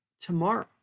tomorrow